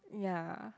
ya